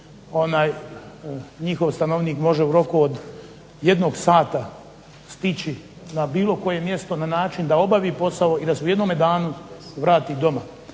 države njihov stanovnik može u roku od jednog sata stići na bilo koje mjesto na način da obavi posao i da se u jednome danu vrati doma.